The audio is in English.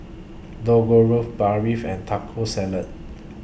Dangojiru Barfi and Taco Salad